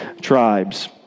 tribes